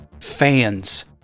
fans